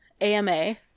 AMA